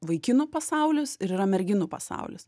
vaikinų pasaulis ir yra merginų pasaulis